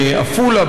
בעפולה,